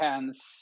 Hence